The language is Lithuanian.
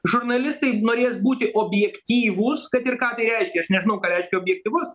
žurnalistai norės būti objektyvūs kad ir ką tai reiškia aš nežinau ką reiškia objektyvus